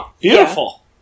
Beautiful